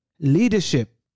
Leadership